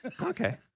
okay